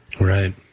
Right